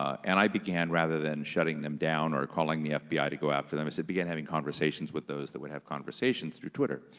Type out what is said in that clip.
and i began, rather than shutting them down or calling the fbi to go after them, i began having conversations with those that would have conversations through twitter,